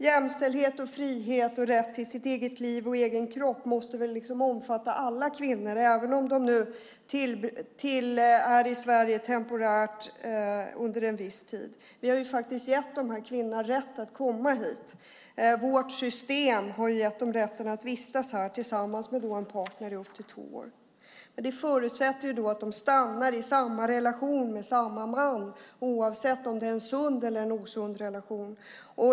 Jämställdhet, frihet och rätt till sitt eget liv och sin egen kropp måste väl omfatta alla kvinnor, även om de är i Sverige temporärt under en viss tid? Vi har gett de kvinnorna rätt att komma hit. Vårt system har gett dem rätten att vistas här tillsammans med en partner upp till två år. Det förutsätter att de stannar i samma relation med samma man, oavsett om det är en sund eller en osund relation.